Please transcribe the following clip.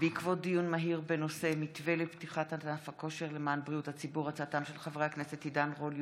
בעקבות דיון מהיר בהצעתם של חברי הכנסת עידן רול,